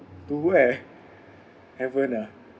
to where heaven ah